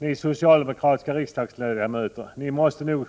Ni socialdemokratiska riksdagsledamöter, ni måste nog